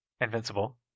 Invincible